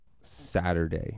Saturday